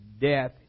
death